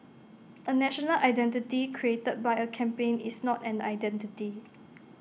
A national identity created by A campaign is not an identity